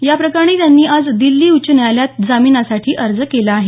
या प्रकरणी त्यांनी आज दिल्ली उच्च न्यायालयात जामीनासाठी अर्ज केला आहे